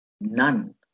None